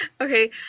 Okay